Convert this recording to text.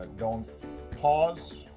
ah don't pause,